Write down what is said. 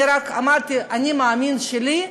אני רק אמרתי את האני המאמין שלי,